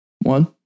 One